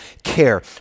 Care